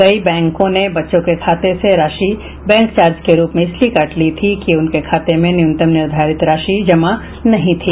कई बैंकों ने बच्चों के खाते से राशि बैंक चार्ज के रूप में इसलिए काट ली थी कि उनके खाते में न्यूनतम निर्धारित राशि जमा नहीं थी